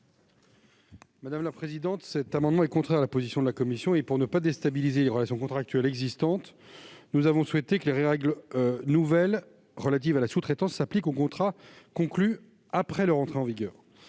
de la commission ? Cet amendement est contraire à la position de la commission. Pour ne pas déstabiliser les relations contractuelles existantes, nous avons souhaité que les règles nouvelles relatives à la sous-traitance s'appliquent aux contrats conclus après leur entrée en vigueur.